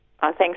Thanks